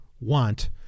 want